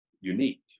unique